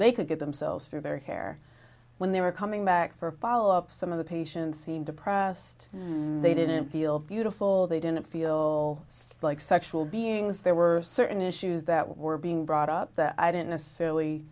they could get themselves through their hair when they were coming back for a follow up some of the patients seemed depressed they didn't feel beautiful they didn't feel like sexual beings there were certain issues that were being brought up that i didn't necessarily